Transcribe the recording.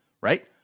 right